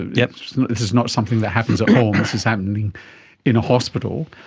yeah this is not something that happens at home, this is happening in a hospital,